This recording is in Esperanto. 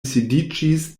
sidiĝis